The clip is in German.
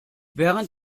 während